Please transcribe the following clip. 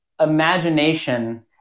imagination